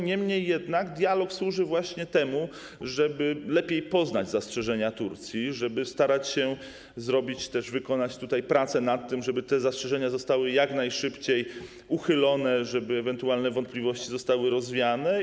Niemniej jednak dialog służy właśnie temu, żeby lepiej poznać zastrzeżenia Turcji, żeby starać się też wykonać pracę w zakresie tego, żeby te zastrzeżenia zostały jak najszybciej uchylone, żeby ewentualne wątpliwości zostały rozwiane.